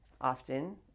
often